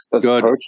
good